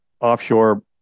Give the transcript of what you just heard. offshore